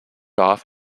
off